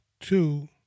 two